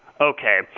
Okay